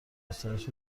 گسترش